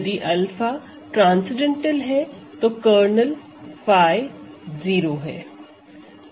यदि 𝛂 ट्रान्सेंडेंटल है तो कर्नेल 𝜑 0 है